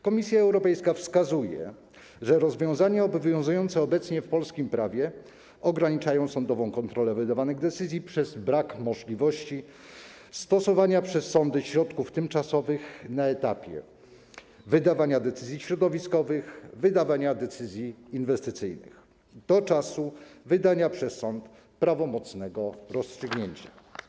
Komisja Europejska wskazuje, że rozwiązania obowiązujące obecnie w polskim prawie ograniczają sądową kontrolę wydawanych decyzji przez brak możliwości stosowania przez sądy środków tymczasowych na etapie wydawania decyzji środowiskowych, wydawania decyzji inwestycyjnych do czasu wydania przez sąd prawomocnego rozstrzygnięcia.